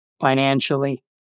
financially